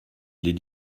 les